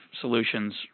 solutions